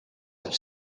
have